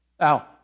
Now